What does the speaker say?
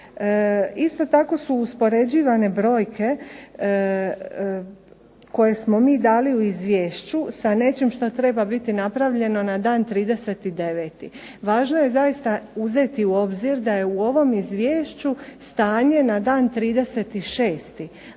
Isto tako su uspoređivane brojke koje smo mi dali u izvješću sa nečim što treba biti napravljeno na dan 30.9. Važno je zaista uzeti u obzir da je u ovom Izvješću stanje na dan 30.6.